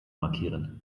markieren